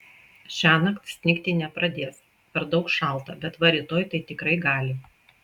šiąnakt snigti nepradės per daug šalta bet va rytoj tai tikrai gali